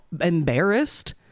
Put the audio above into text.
Embarrassed